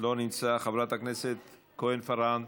חבר הכנסת אוחנה, לא נמצא, חברת הכנסת כהן-פארן,